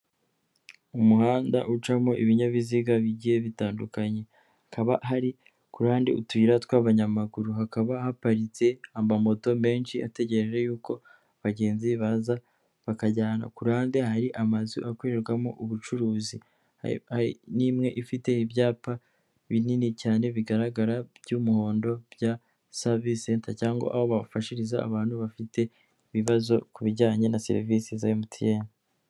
Umuhanda ucamo ibinyabiziga bigiye bitandukanye hakaba hari ku ruhande utuyira tw'abanyamaguru hakaba haparitse amamoto menshi ategereje yuko abagenzi baza bakajyana kuhande ahari amazu akorerwamo ubucuruzi n'imwe ifite ibyapa binini cyane bigaragara by'umuhondo bya savie center cyangwa aho bafashiriza abantu bafite ibibazo ku bijyanye na serivisi za mtn.